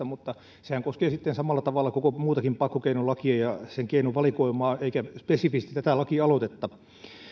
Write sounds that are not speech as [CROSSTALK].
[UNINTELLIGIBLE] mutta sehän koskee sitten samalla tavalla koko muutakin pakkokeinolakia ja sen keinovalikoimaa eikä spesifisti tätä lakialoitetta